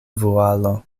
vualo